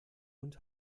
und